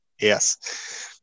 yes